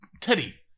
Teddy